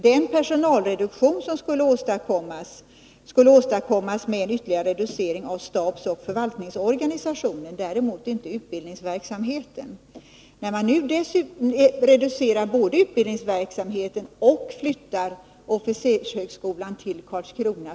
Den personalreduktion som var nödvändig skulle åstadkommas genom ytterligare reducering av statsoch förvaltningsorganisationen — däremot inte av utbildningsverksamheten. Nu vill man både reducera utbildningsverksamheten och flytta officershögskolan till Karlskrona.